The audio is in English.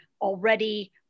already